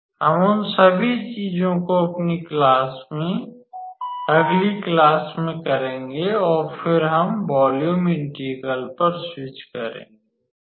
हम उन सभी चीजों को अपनी अगली क्लास में करेंगे और फिर हम वॉल्यूम इंटीग्रल पर स्विच करेंगे